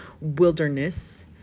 wilderness